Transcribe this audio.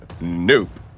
Nope